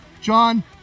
John